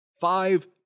five